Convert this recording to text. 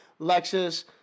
Lexus